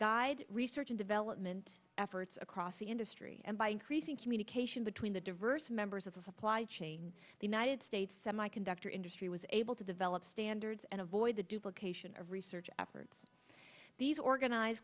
guide research and development efforts across the industry and by increasing communication between the diverse members of the supply chain the united states semiconductor industry was able to develop standards and avoid the duplications of research efforts these organized